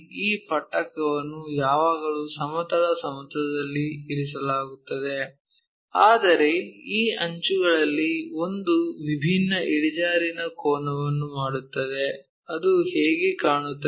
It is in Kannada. ಈ ಪಟ್ಟಕವನ್ನು ಯಾವಾಗಲೂ ಸಮತಲ ಸಮತಲದಲ್ಲಿ ಇರಿಸಲಾಗುತ್ತದೆ ಆದರೆ ಈ ಅಂಚುಗಳಲ್ಲಿ ಒಂದು ವಿಭಿನ್ನ ಇಳಿಜಾರಿನ ಕೋನಗಳನ್ನು ಮಾಡುತ್ತದೆ ಅದು ಹೇಗೆ ಕಾಣುತ್ತದೆ